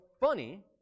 funny